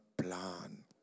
Plan